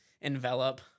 envelop